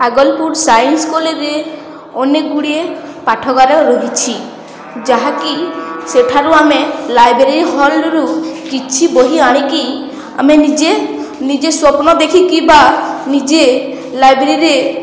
Agalpur science କଲେଜ୍ରେ ଅନେକଗୁଡ଼ିଏ ପାଠଗାର ରହିଛି ଯାହାକି ସେଠାରୁ ଆମେ ଲାଇବ୍ରେରୀ ହଲ୍ରୁ କିଛି ବହି ଆଣିକି ଆମେ ନିଜେ ନିଜେ ସ୍ୱପ୍ନ ଦେଖିକି ବା ନିଜେ ଲାଇବ୍ରେରୀରେ